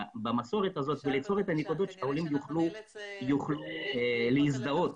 במסורת הזאת וליצור את הנקודות שהעולים יוכלו להזדהות.